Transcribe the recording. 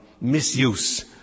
misuse